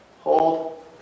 hold